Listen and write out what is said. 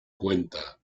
cuenta